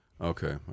Okay